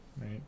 Right